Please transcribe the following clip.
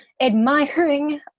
admiring